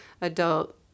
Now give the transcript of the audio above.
adult